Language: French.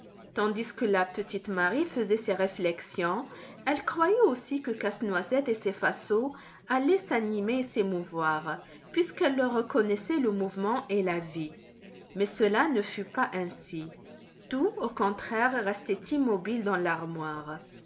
tandis que la petite marie faisait ces réflexions elle croyait aussi que casse-noisette et ses vassaux allaient s'animer et s'émouvoir puisqu'elle leur reconnaissait le mouvement et la vie mais cela ne fut pas ainsi tout au contraire restait immobile dans l'armoire